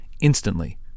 instantly